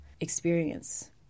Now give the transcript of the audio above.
experience